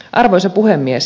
arvoisa puhemies